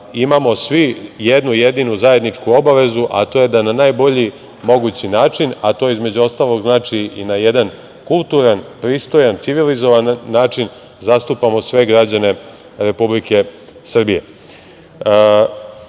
imamo svi jednu jedinu zajedničku obavezu, a to je da na najbolji mogući način, a to između ostalog znači i na jedan kulturan, pristojan, civilizovan način, zastupamo sve građane Republike Srbije. Da